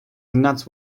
nuts